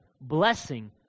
blessing